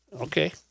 Okay